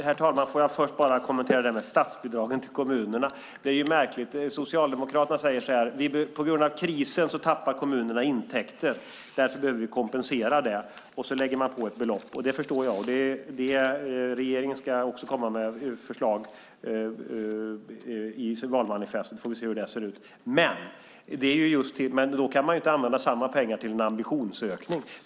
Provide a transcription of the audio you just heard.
Herr talman! Låt mig först bara kommentera det där med statsbidragen till kommunerna. Detta är märkligt. Socialdemokraterna säger: På grund av krisen tappar kommunerna intäkter. Därför behöver vi kompensera det. Sedan lägger man på ett belopp. Detta förstår jag. Regeringen ska också komma med förslag i valmanifestet, så får vi ser hur det ser ut. Men man kan inte använda samma pengar till en ambitionsökning.